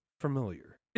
familiar